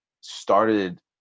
started